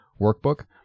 Workbook